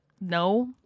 No